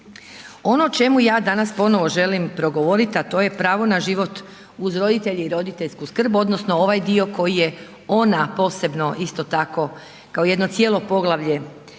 Ono o čemu ja danas ponovno želim progovorit a to je pravo na život uz roditelje i roditeljsku skrb odnosno ovaj dio koji je ona posebno isto tako kao jedno cijelo poglavlje istaknula